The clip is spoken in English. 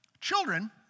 Children